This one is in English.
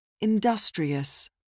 Industrious